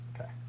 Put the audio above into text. Okay